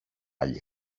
άλλη